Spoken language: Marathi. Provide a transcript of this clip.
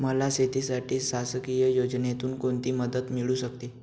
मला शेतीसाठी शासकीय योजनेतून कोणतीमदत मिळू शकते?